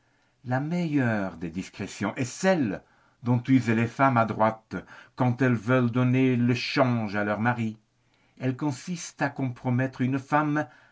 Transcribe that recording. la meilleure des discrétions est celle dont usent les femmes adroites quand elles veulent donner le change à leurs maris elle consiste à compromettre une femme